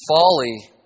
folly